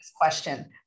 question